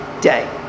day